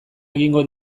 egingo